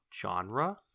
genre